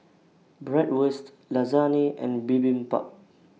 Bratwurst Lasagne and Bibimbap